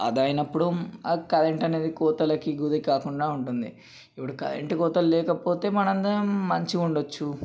ఆదా అయినప్పుడు ఆ కరెంట్ అనేది కోతలకి గురి కాకుండా ఉంటుంది ఇప్పుడు కరెంటు కోతలు లేకపోతే మనందరం మంచిగా ఉండొచ్చు